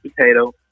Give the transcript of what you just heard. potato